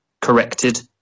corrected